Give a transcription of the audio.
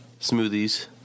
Smoothies